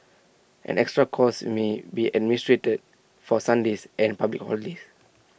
an extra cost may be administered for Sundays and public holidays